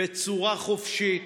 בצורה חופשית,